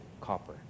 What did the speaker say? copper